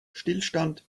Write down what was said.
stillstand